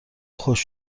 خوش